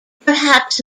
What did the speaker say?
perhaps